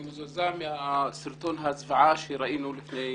אני מזועזע מסרטון הזוועה שראינו לפני